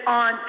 on